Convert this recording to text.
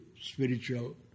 spiritual